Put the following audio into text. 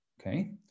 okay